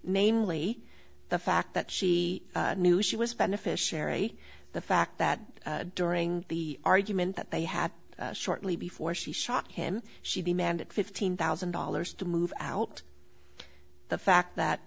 namely the fact that she knew she was beneficiary the fact that during the argument that they had shortly before she shot him she demanded fifteen thousand dollars to move out the fact